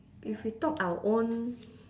if we talk our own